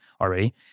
already